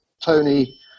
Tony